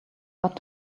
got